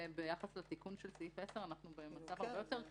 ביחס לתיקון של סעיף 10 אנחנו במצב הרבה יותר קל.